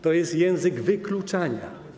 To jest język wykluczenia.